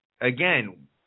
again